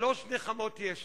שלוש נחמות יש לי: